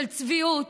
של צביעות.